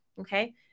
okay